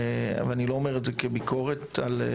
אני מברכת את כוחות הביטחון מכל ליבי ומצדיעה לכם.